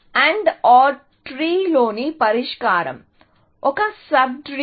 AND OR tree లోని పరిష్కారం ఒక సబ్ ట్రీ